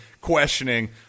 questioning